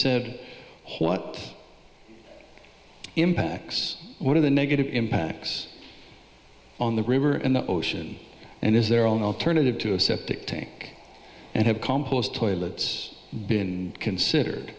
what impacts one of the negative impacts on the river in the ocean and is their own alternative to a septic tank and have compost toilets been considered